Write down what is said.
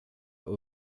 och